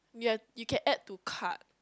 ya you can add to cart